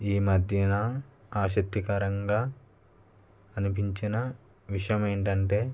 ఈ మధ్యన ఆసక్తికరంగా అనిపించిన విషయం ఏంటంటే